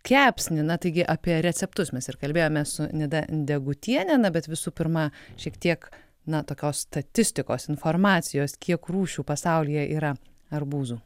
kepsnį na taigi apie receptus mes ir kalbėjome su nida degutiene na bet visų pirma šiek tiek na tokios statistikos informacijos kiek rūšių pasaulyje yra arbūzų